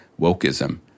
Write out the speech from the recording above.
wokeism